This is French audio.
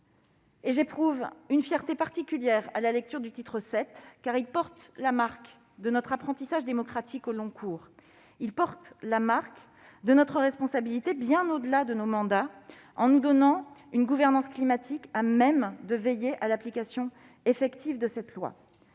J'éprouve une fierté particulière à la lecture du titre VII, en ce qu'il porte la marque de notre apprentissage démocratique au long cours, en ce qu'il traduit notre responsabilité, bien au-delà de nos mandats, en nous dotant d'une gouvernance climatique à même de veiller à l'application effective de ce texte.